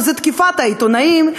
שזה תקיפת העיתונאים,